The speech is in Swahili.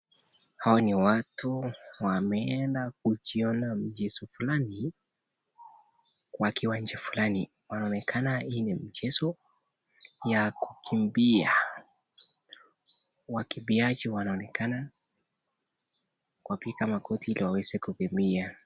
Hawa ni watu wameenda kujiona mchezo fulani wakiwa nchi fulani wakionekana hii mchezo ya kukimbia, wakimbiaji wanaonekana kupiga magoti ili waweze kukimbia.